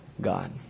God